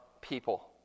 people